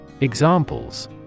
Examples